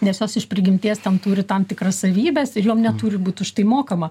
nes jos iš prigimties ten turi tam tikras savybes ir jom neturi būt už tai mokama